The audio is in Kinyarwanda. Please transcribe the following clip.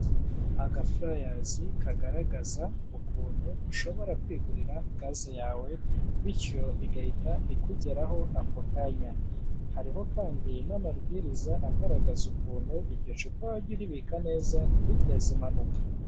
Agafurayazi kagaragaza ukuntu ushobora kwigurira gaze yawe bityo igahita ikugeraho ako kanya hariho kandi n'amabwiriza agaragaza ukuntu iryo cupa wajya uribika neza ntiriteze impanuka.